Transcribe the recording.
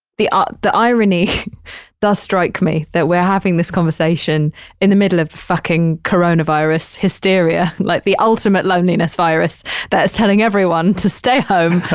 the ah the irony does strike me that we're having this conversation in the middle of the fucking coronavirus hysteria. like the ultimate loneliness virus that's telling everyone to stay home,